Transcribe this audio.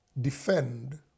defend